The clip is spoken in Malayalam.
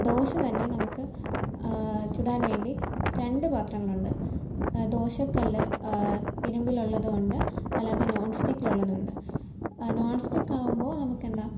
ദോശ തന്നെ നമുക്ക് ചുടാൻ വേണ്ടി രണ്ട് പാത്രങ്ങളുണ്ട് ദോശക്കല്ല് ഇരുമ്പിലുള്ളതുമുണ്ട് അല്ലാതെ നോൺ സ്റ്റിക്കിലുള്ളതുമുണ്ട് നോൺ സ്റ്റിക്ക് ആവുമ്പോള് നമുക്കെന്താ